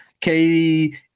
Katie